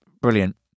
brilliant